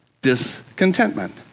discontentment